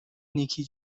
نیکی